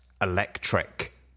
electric